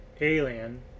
Alien